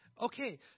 Okay